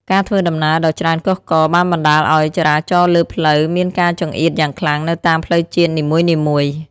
ការធ្វើដំណើរដ៏ច្រើនកុះករបានបណ្តាលឱ្យចរាចរណ៍លើផ្លូវមានការចង្អៀតយ៉ាងខ្លាំងនៅតាមផ្លូវជាតិនីមួយៗ។